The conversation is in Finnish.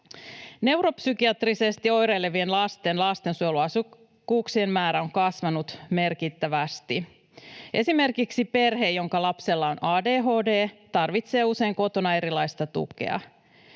Neuropsykiatrisesti oireilevien lasten lastensuojeluasiakkuuksien määrä on kasvanut merkittävästi. Esimerkiksi perhe, jonka lapsella on ADHD, tarvitsee usein kotona erilaista tukea.